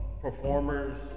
performers